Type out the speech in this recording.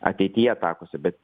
ateityje atakose bet